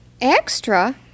Extra